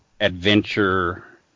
adventure